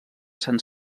sant